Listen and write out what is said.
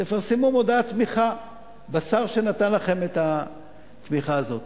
תפרסמו מודעת תמיכה בשר שנתן לכם את התמיכה הזאת.